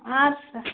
اَدٕ سا